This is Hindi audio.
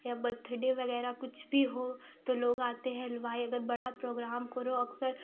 या बथडे वगैरह कुछ भी हो तो लोग आते हैं हलवाई अगर बड़ा प्रोग्राम करो अक्सर